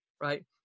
Right